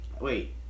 Wait